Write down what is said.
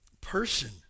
person